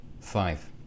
Five